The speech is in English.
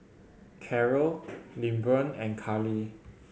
Carrol Lilburn and Karly